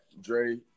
Dre